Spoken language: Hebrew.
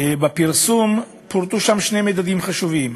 בפרסום פורטו שני מדדים חשובים,